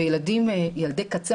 וילדי קצה,